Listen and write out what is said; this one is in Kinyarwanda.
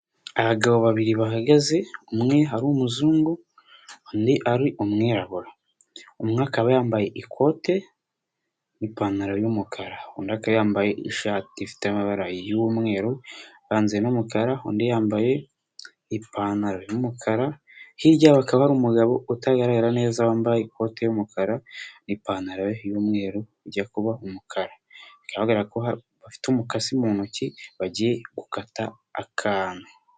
Abagabo babiri bahagaze umwe umuzungu undi ari umwirabura, umwe akaba yambaye ikote n'ipantaro y'umukara undi akaba yambaye ishati ifite amabara y'umweru uvanze n'umukara, undi yambaye ipantaro y'umukara, hirya hakaba ari umugabo utagaragara neza wambaye ikoti ry'umukara n'ipantaro y'umweru ijya kuba umukara, bigaragara ko bafite umukasi mu ntoki bagiye gukata akantu.